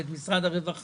את משרד הרווחה,